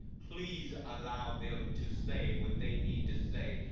please allow them to say what they need to say,